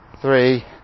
three